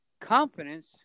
confidence